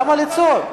למה לצעוק?